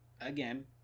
again